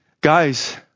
Guys